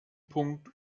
punkt